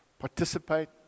participate